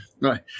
Right